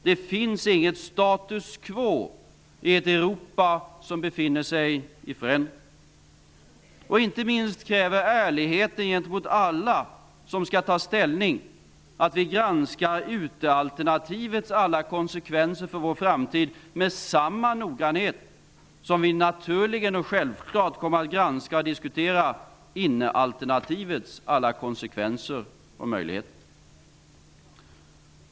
Det finns inget status quo i ett Europa som befinner sig i förändring. Inte minst kräver ärligheten gentemot alla som skall ta ställning att vi granskar utealternativets alla konsekvenser för vår framtid med samma noggrannhet som vi naturligen kommer att granska och diskutera innealternativets alla konsekvenser och möjligheter.